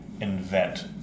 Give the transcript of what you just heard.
invent